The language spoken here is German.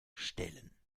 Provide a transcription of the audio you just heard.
stellen